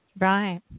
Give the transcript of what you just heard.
Right